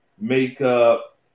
makeup